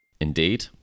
Indeed